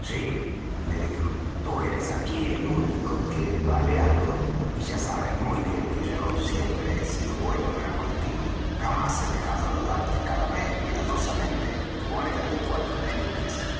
me dijo tú eres aquí el único que vale algo y ya sabes muy bien que yo siempre he sido bueno para contigo jamás he dejado de darte cada mes cuidadosamente tu moneda de cuatro peniques